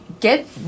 get